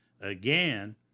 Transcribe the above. again